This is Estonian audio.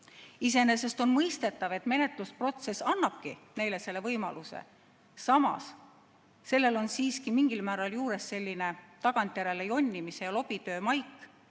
Iseenesest on see mõistetav, menetlusprotsess annabki meile selle võimaluse. Samas on sellel siiski mingil määral juures selline tagantjärele jonnimise ja lobitöö maik.